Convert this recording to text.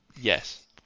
Yes